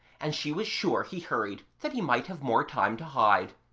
and she was sure he hurried that he might have more time to hide.